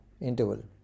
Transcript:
interval